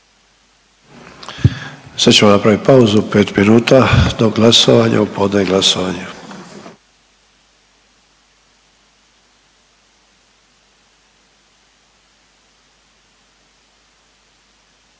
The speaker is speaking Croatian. Sad ćemo napravit pauzu pet minuta do glasovanja u podne je glasovanje.